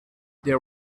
there